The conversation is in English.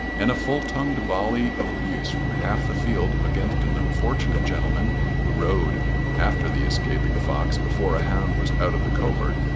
and a full-tongued volley of abuse from half the field against an unfortunate gentleman who rode after the escaping fox before a hound was out of the covert,